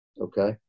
Okay